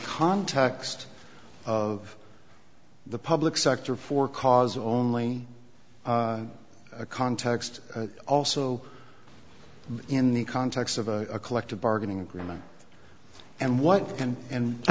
context of the public sector for cause only context also in the context of a collective bargaining agreement and what can and i